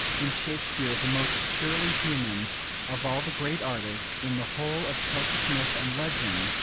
in shakespeare, the most purely human of all the great artists, in the whole of celtic myth and legend,